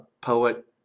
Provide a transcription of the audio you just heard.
poet